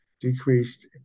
decreased